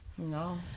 No